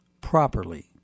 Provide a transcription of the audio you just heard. properly